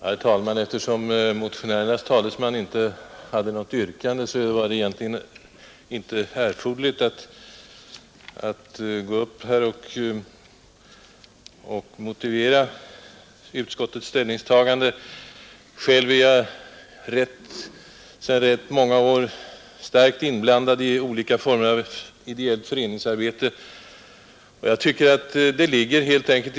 Herr talman! Eftersom motionärernas talesman inte ställde något yrkande skulle det väl egentligen inte vara erforderligt att gå upp i denna talarstol och motivera utskottets ställningstagande. Jag är själv sedan ganska många år starkt engagerad i olika former av ideellt föreningsarbete och alltså inte utan erfarenhet av sådant arbete.